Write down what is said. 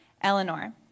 Eleanor